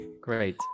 great